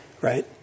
right